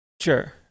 Sure